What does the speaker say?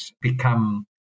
become